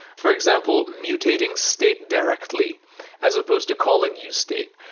for example, mutating state directly as supposed to calling usestate,